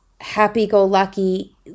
happy-go-lucky